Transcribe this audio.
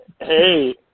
hey